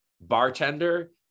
Bartender